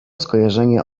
skojarzenia